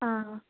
ꯑꯥ